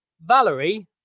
Valerie